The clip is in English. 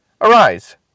Arise